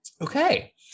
Okay